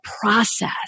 process